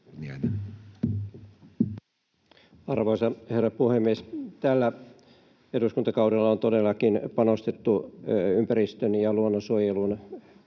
Arvoisa herra puhemies! Tällä eduskuntakaudella on todellakin panostettu ympäristön‑ ja luonnonsuojeluun